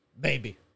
baby